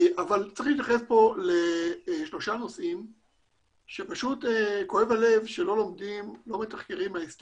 צריך להתייחס לשלושה נושאים שכואב הלב שלא לומדים מההיסטוריה